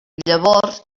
llavors